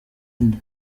inda